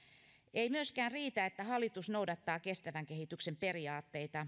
ei myöskään riitä että hallitus noudattaa kestävän kehityksen periaatteita